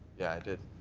yeah, i did.